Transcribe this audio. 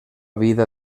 vida